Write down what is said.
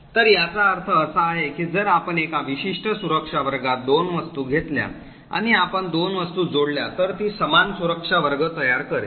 तर याचा अर्थ असा आहे की जर आपण एका विशिष्ट सुरक्षा वर्गात दोन वस्तू घेतल्या आणि आपण दोन वस्तू जोडल्या तर ती समान सुरक्षा वर्ग तयार करेल